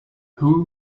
who